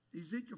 Ezekiel